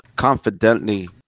Confidently